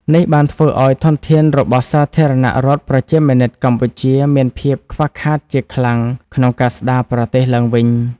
នេះបានធ្វើឱ្យធនធានរបស់សាធារណរដ្ឋប្រជាមានិតកម្ពុជា មានភាពខ្វះខាតជាខ្លាំងក្នុងការស្ដារប្រទេសឡើងវិញ។